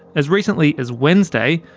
as recently as wednesday,